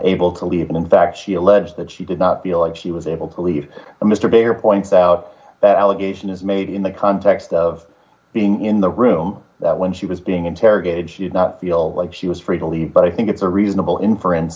able to leave and in fact she alleged that she did not feel like she was able to leave and mr baker point that out that allegation is made in the context of being in the room that when she was being interrogated she's not feel like she was free to leave but i think it's a reasonable inference